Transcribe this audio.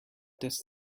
does